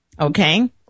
Okay